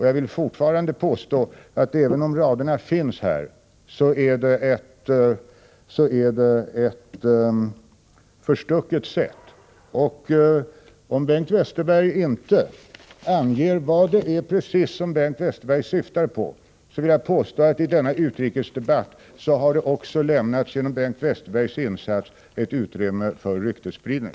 Jag vill fortfarande påstå att även om raderna finns här, så är det förstucket. Om Bengt Westerberg inte närmare anger vad han syftar på vill jag påstå att i denna utrikesdebatt Bengt Westerbergs insats delvis bestått i ryktesspridning.